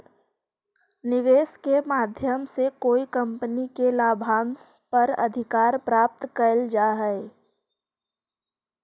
निवेश के माध्यम से कोई कंपनी के लाभांश पर अधिकार प्राप्त कैल जा हई